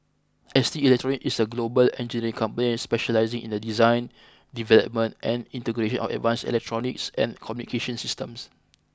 S T Electronics is a global engineering company specialising in the design development and integration of advanced electronics and communications systems